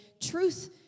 truth